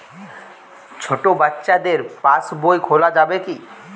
ছোট বাচ্চাদের পাশবই খোলা যাবে কি?